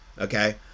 okay